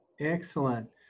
Excellent